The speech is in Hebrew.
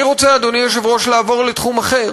אני רוצה, אדוני היושב-ראש, לעבור לתחום אחר: